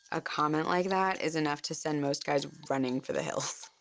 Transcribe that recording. a comment like that is enough to send most guys running for the hills.